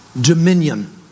Dominion